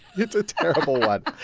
it's a terrible one.